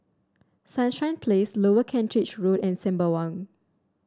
Sunshine Place Lower Kent Ridge Road and Sembawang